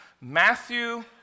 Matthew